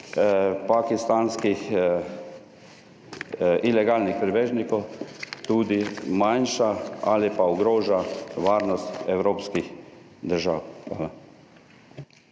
pakistanskih ilegalnih pribežnikov tudi manjša ali pa ogroža varnost evropskih držav.